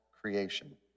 creation